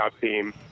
team